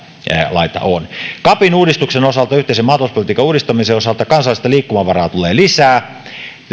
on capin uudistuksen osalta yhteisen maatalouspolitiikan uudistamisen osalta kansallista liikkumavaraa tulee lisää